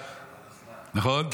נכון?